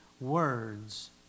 words